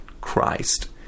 Christ